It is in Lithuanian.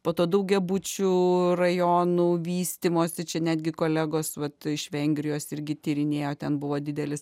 po to daugiabučių rajonų vystymosi čia netgi kolegos vat iš vengrijos irgi tyrinėjo ten buvo didelis